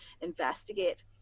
investigate